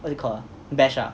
what do you call ah bash ah